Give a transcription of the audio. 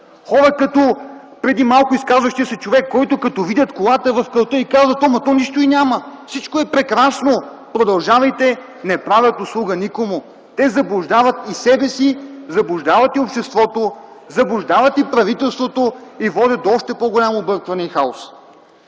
Хора, като преди малко изказващият се човек, които като видят колата в калта казват: „Ама то нищо й няма, всичко е прекрасно, продължавайте.”, не правят услуга никому. Те заблуждават и себе си, заблуждават и обществото, заблуждават и правителството, и водят до още по-голямо объркване и хаос.